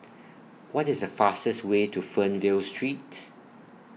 What IS The fastest Way to Fernvale Street